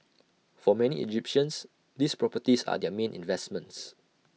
for many Egyptians these properties are their main investments